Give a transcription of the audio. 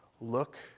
Look